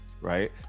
right